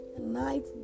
night